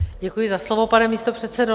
Děkuji za slovo, pane místopředsedo.